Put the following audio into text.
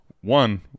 One